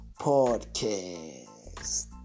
Podcast